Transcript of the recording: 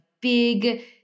big